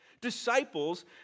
Disciples